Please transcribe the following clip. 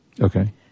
Okay